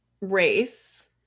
race